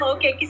Okay